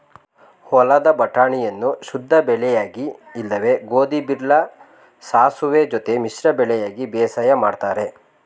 ಹೊಲದ ಬಟಾಣಿಯನ್ನು ಶುದ್ಧಬೆಳೆಯಾಗಿ ಇಲ್ಲವೆ ಗೋಧಿ ಬಾರ್ಲಿ ಸಾಸುವೆ ಜೊತೆ ಮಿಶ್ರ ಬೆಳೆಯಾಗಿ ಬೇಸಾಯ ಮಾಡ್ತರೆ